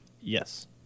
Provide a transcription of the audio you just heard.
Yes